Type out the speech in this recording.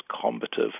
combative